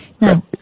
Now